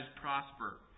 prosper